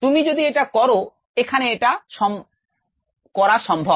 তুমি যদি এটা করো এখানে এটা সম্পন্ন করা সম্ভব